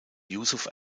yusuf